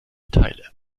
teile